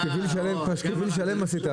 שנה משתתפות